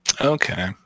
Okay